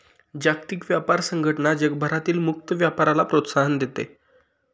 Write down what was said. जागतिक व्यापार संघटना जगभरातील मुक्त व्यापाराला प्रोत्साहन देते